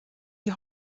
die